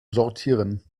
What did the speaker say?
sortieren